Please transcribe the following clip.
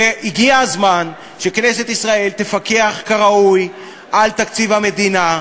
הגיע הזמן שכנסת ישראל תפקח כראוי על תקציב המדינה,